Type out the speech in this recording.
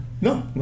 No